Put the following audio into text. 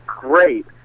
great